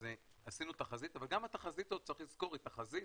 אבל גם התחזית, צריך לזכור, היא תחזית.